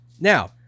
Now